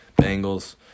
Bengals